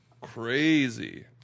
crazy